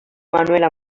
manuela